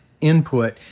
input